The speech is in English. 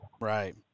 Right